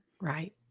Right